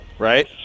Right